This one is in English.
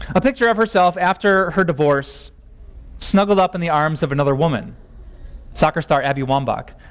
a picture of herself after her divorce snuggled up in the arms of another woman soccer star abby wambach.